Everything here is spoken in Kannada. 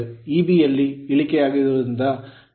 Eb ಯಲ್ಲಿ ಇಳಿಕೆಯಾಗಿರುವುದರಿಂದ ಸ್ಪೀಡ್ n ಕೂಡ ಕಡಿಮೆಯಾಗುತ್ತದೆ